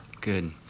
Good